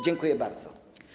Dziękuję bardzo.